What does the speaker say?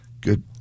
Good